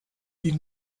die